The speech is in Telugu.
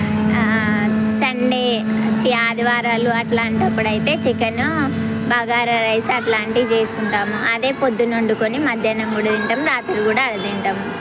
సండే ఛీ ఆదివారాలు అట్లాంటప్పుడు అయితే చికెన్ బగారా రైస్ అట్లాంటివి చేసుకుంటాం అదే పొద్దున వండుకుని మధ్యాహ్నం కూడా తింటాము రాత్రి కూడా అదే తింటాము